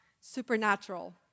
supernatural